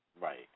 Right